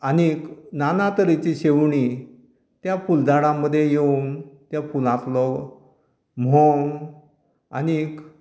आनीक ना ना तरेचीं शेवणी त्या फुल झाडां मदीं येवन त्या फुलांतलो म्होंव आनीक